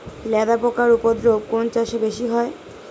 লেদা পোকার উপদ্রব কোন চাষে বেশি হয়?